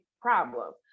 problem